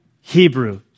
Hebrew